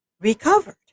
recovered